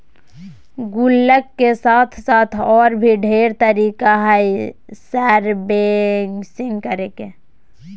गुल्लक के साथ साथ और भी ढेर तरीका हइ सेविंग्स करे के